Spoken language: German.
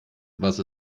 was